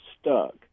stuck